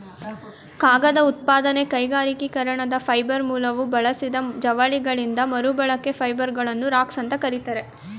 ಕಾಗದ ಉತ್ಪಾದನೆ ಕೈಗಾರಿಕೀಕರಣದ ಫೈಬರ್ ಮೂಲವು ಬಳಸಿದ ಜವಳಿಗಳಿಂದ ಮರುಬಳಕೆಯ ಫೈಬರ್ಗಳನ್ನು ರಾಗ್ಸ್ ಅಂತ ಕರೀತಾರೆ